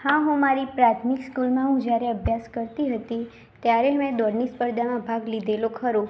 હા હું મારી પ્રાથમિક સ્કૂલમાં હું જ્યારે અભ્યાસ કરતી હતી ત્યારે મેં દોડની સ્પર્ધામાં ભાગ લીધેલો ખરો